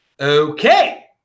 Okay